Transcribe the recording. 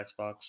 Xbox